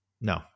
no